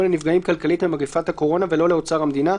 לנפגעים כלכלית ממגפת הקורונה ולא לאוצר המדינה,